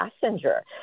passenger